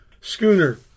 Schooner